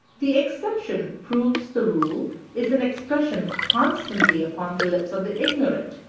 the exception proves the rule is an expression constantly upon the lips of the ignorant,